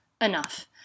Enough